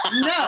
No